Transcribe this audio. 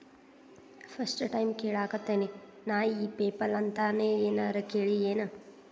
First time ಕೇಳಾಕತೇನಿ ನಾ ಇ ಪೆಪಲ್ ಅಂತ ನೇ ಏನರ ಕೇಳಿಯೇನ್?